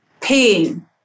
pain